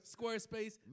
Squarespace